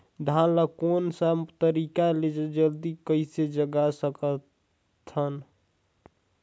धान ला कोन सा तरीका ले जल्दी कइसे उगाय सकथन?